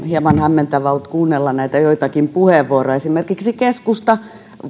hieman hämmentävää ollut kuunnella näitä joitakin puheenvuoroja esimerkiksi keskusta